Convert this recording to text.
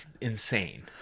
insane